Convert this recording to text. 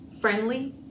friendly